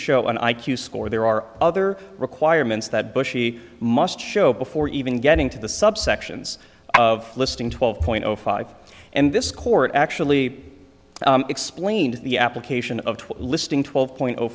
show an i q score there are other requirements that bushy must show before even getting to the subsections of listing twelve point zero five and this court actually explained the application of what listing twelve point